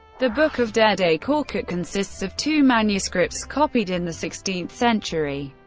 the book of dede ah korkut consists of two manuscripts copied in the sixteenth century,